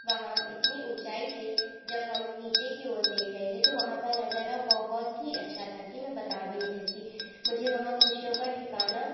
वहाँ इतनी ऊँचाई से जब हम नीचे की ओर देख रहे थे तो वहाँ का नज़ारा बहुत ही अच्छा था कि मैं बता भी नहीं सकती मुझे वहाँ खुशियों का ठिकाना